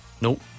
Nope